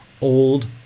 old